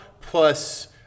plus